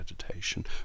meditation